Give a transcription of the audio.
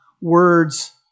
Words